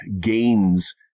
gains